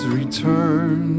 return